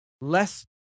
less